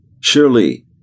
Surely